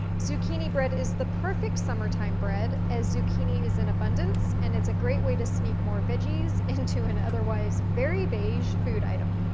zucchini bread is the perfect summertime bread, as zucchini is in abundance and it's a great way to sneak more veggies into an otherwise very beige food item.